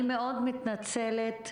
אני מתנצלת,